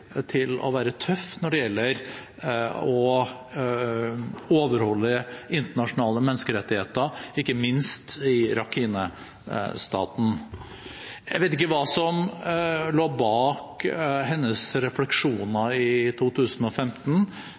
til å være tøff når det gjelder å overholde internasjonale menneskerettigheter – ikke minst i Rakhine-staten. Jeg vet ikke hva som lå bak hennes refleksjoner i 2015.